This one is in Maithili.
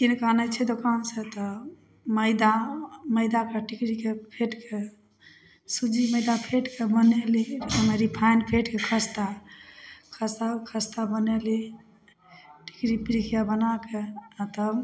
कीनि कए आनै छियै दोकान सॅं तऽ मैदा मैदाके टिकरीके फेट कए सुज्जी मैदा फेट कए बनैली ओहिमे रिफाइन फेट कए खस्ता खस्ता खस्ता बनैली टिकरी पिरिकिया बना कए आ तब